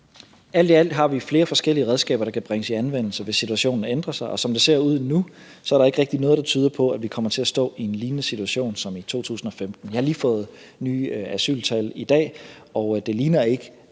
Alt i alt har vi flere forskellige redskaber, der kan bringes i anvendelse, hvis situationen ændrer sig, og som det ser ud nu, er der ikke rigtig noget, der tyder på, at vi kommer til at stå i en lignende situation som i 2015. Jeg har lige fået nye asyltal i dag, og det ligner ikke,